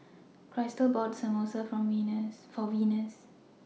Krystle bought Samosa For Venus